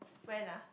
when ah